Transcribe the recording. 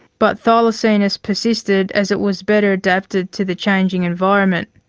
but thylacinus persisted as it was better adapted to the changing environment.